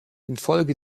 infolge